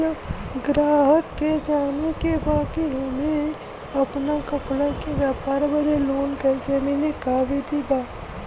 गराहक के जाने के बा कि हमे अपना कपड़ा के व्यापार बदे लोन कैसे मिली का विधि बा?